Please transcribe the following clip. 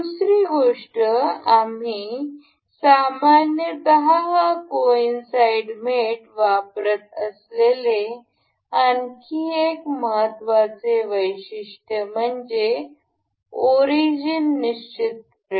दुसरी गोष्ट आम्ही सामान्यत हा कोइनसाईड मेट वापरत असलेले आणखी एक महत्त्वाचे वैशिष्ट्य म्हणजे ओरिजिन निश्चित करणे